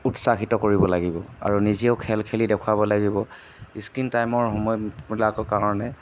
উৎসাহিত কৰিব লাগিব আৰু নিজেও খেল খেলি দেখুৱাব লাগিব স্কীন টাইমৰ সময়বিলাকৰ কাৰণে